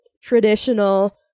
traditional